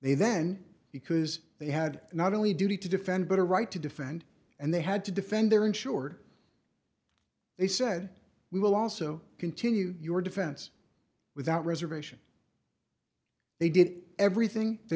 they then because they had not only duty to defend but a right to defend and they had to defend their insured they said we will also continue your defense without reservation they did everything they